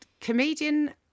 comedian